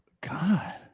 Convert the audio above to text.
god